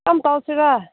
ꯀꯔꯝ ꯇꯧꯁꯤꯔꯥ